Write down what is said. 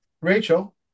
Rachel